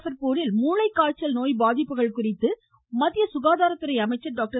்பர்பூரில் மூளைக்காய்ச்சல் நோய் பாதிப்புகள் குறித்து மத்திய சுகாதாரத்துறை அமைச்சர் டாக்டர்